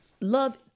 Love